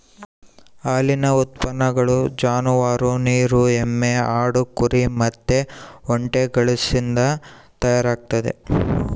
ಹಾಲಿನ ಉತ್ಪನ್ನಗಳು ಜಾನುವಾರು, ನೀರು ಎಮ್ಮೆ, ಆಡು, ಕುರಿ ಮತ್ತೆ ಒಂಟೆಗಳಿಸಿಂದ ತಯಾರಾಗ್ತತೆ